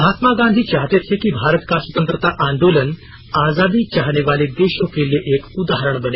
महात्मा गांधी चाहते थे कि भारत का स्वतंत्रता आंदोलन आजादी चाहने वाले देशों के लिए एक उदाहरण बने